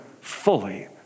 fully